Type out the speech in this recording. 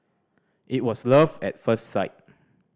it was love at first sight